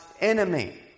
enemy